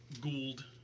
Gould